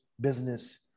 business